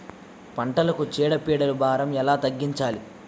పంటలకు చీడ పీడల భారం ఎలా తగ్గించాలి?